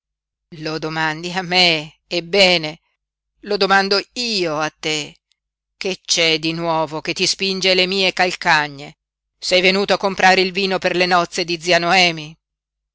lo domandi a me ebbene lo domando io a te che c'è di nuovo che ti spinge alle mie calcagne sei venuto a comprare il vino per le nozze di zia noemi